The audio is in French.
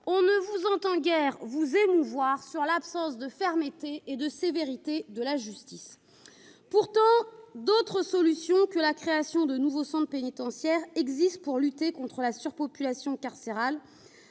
on ne vous entend guère vous émouvoir sur l'absence de fermeté et de sévérité de la justice. Pourtant, d'autres solutions que la création de nouveaux centres pénitentiaires existent pour lutter contre la surpopulation carcérale,